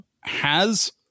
has-